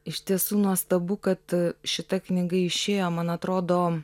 iš tiesų nuostabu kad šita knyga išėjo man atrodo